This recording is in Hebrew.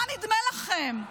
מה נדמה לכם?